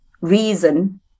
reason